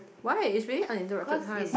why it's really uninterrupted time